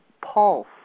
pulse